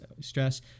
stress